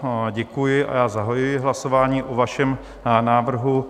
Ano, děkuji a zahajuji hlasování o vašem návrhu.